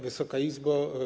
Wysoka Izbo!